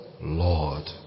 Lord